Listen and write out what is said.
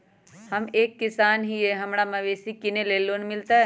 हम एक किसान हिए हमरा मवेसी किनैले लोन मिलतै?